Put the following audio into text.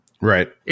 Right